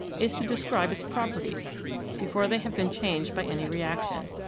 is to describe its properties before they have been changed by any reaction.